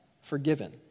forgiven